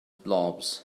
blobs